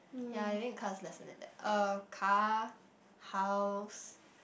ya I think a car is lesser than that uh car house